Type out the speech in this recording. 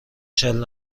چهل